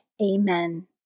Amen